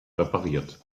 repariert